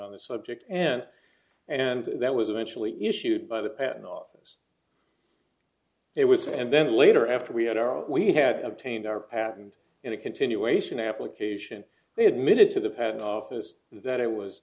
on the subject and and that was eventually issued by the patent office it was and then later after we had our we had obtained our patent in a continuation application they admitted to the patent office that i